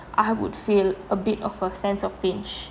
I would feel a bit of a sense of pinch